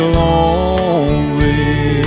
lonely